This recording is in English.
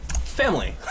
Family